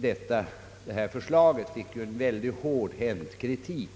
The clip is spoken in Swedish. Detta förslag fick emellertid en mycket hårdhänt kritik